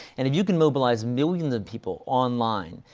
and if you can mobilize millions of people online,